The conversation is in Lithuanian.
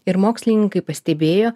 ir mokslininkai pastebėjo